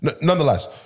Nonetheless